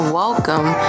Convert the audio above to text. welcome